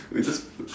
we just